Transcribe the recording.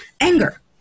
anger